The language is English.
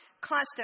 constant